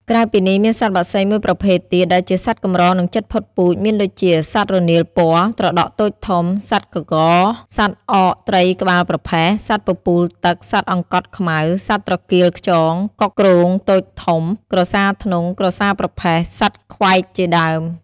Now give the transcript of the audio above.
ក្រៅពីនេះមានសត្វបក្សីមួយប្រភេទទៀតដែលជាសត្វកម្រនិងជិតផុតពូជមានដូចជា សត្វរនាលពណ៌ ត្រដក់តូចធំ សត្វក្ង សត្វអកត្រីក្បាលប្រផេះ សត្វពពូលទឹក សត្វអង្កត់ខ្មៅ សត្វត្រកៀលខ្យង កុកគ្រោងតូចធំ ក្រសារធ្នង់ ក្រសារប្រផេះ សត្វក្វែកជាដើម។